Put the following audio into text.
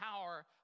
power